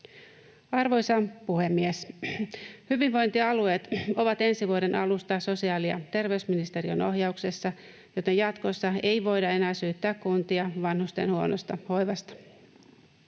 Arvoisa puhemies! Hyvinvointialueet ovat ensi vuoden alusta sosiaali- ja terveysministeriön ohjauksessa, joten jatkossa ei voida enää syyttää kuntia vanhusten huonosta hoivasta.